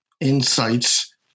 insights